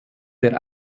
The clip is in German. der